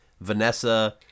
Vanessa